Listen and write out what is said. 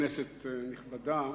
כנסת נכבדה,